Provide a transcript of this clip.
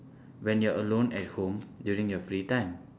when you're alone at home during your free time